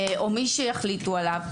או מי שיחליטו עליו,